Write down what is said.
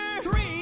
Three